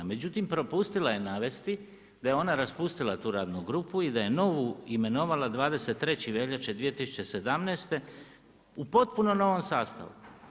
Međutim, prepustila je navesti, da je ona raspustila tu radnu grupu i da je novu imenovala 23.2.2017. u potpuno novom sastavu.